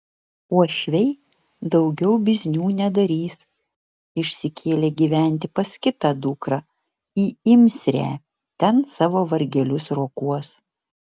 uošviai daugiau biznių nedarys išsikėlė gyventi pas kitą dukrą į imsrę ten savo vargelius rokuos